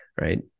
Right